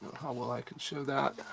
how well i can show that.